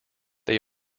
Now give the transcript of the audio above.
they